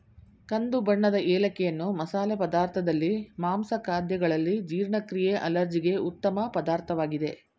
ಕಂದು ಬಣ್ಣದ ಏಲಕ್ಕಿಯನ್ನು ಮಸಾಲೆ ಪದಾರ್ಥದಲ್ಲಿ, ಮಾಂಸ ಖಾದ್ಯಗಳಲ್ಲಿ, ಜೀರ್ಣಕ್ರಿಯೆ ಅಲರ್ಜಿಗೆ ಉತ್ತಮ ಪದಾರ್ಥವಾಗಿದೆ